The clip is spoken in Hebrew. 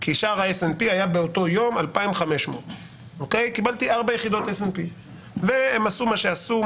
כי שער ה-S&P היה באותו יום 2,500. הם עשו את מה שעשו,